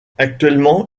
actuellement